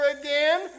again